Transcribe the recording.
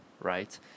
right